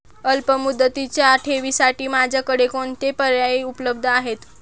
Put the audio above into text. अल्पमुदतीच्या ठेवींसाठी माझ्याकडे कोणते पर्याय उपलब्ध आहेत?